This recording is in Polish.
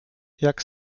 jak